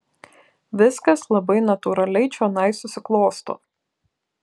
viskas labai natūraliai čionai susiklosto